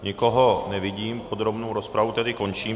Nikoho nevidím, podrobnou rozpravu tedy končím.